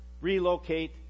relocate